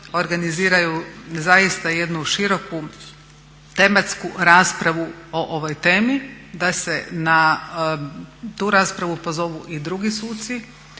organiziraju zaista jednu široku tematsku raspravu o ovoj temi, da se na tu raspravu pozovu i drugi suci